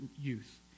youth